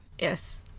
Yes